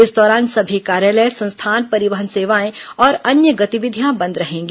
इस दौरान समी कार्यालय संस्थान परिवहन सेवाएं और अन्य गतिविधियां बंद रहेंगी